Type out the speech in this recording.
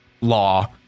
law